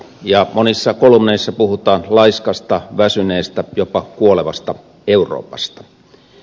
monissa kolumneissa puhutaan laiskasta väsyneestä jopa kuolevasta euroopasta